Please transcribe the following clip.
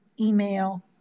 email